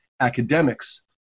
academics